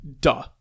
duh